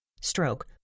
stroke